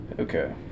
Okay